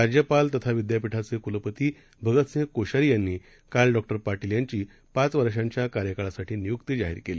राज्यपाल तथा विद्यापीठाचे कुलपती भगतसिंह कोश्यारी यांनी काल डॉ पाटील यांची पाच वर्षांच्या कार्यकाळासाठी नियुक्ती जाहीर केली